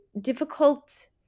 difficult